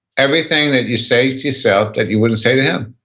everything that you say to yourself that you wouldn't say to him